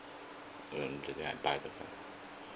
mm okay then I buy first lah